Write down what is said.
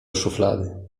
szuflady